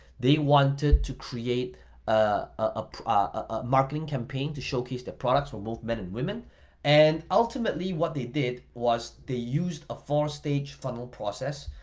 they wanted to create ah ah a marketing campaign to showcase their products for both men and women and ultimately what they did was they used a four-stage funnel process.